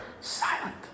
silent